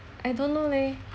I don't know leh